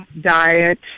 diet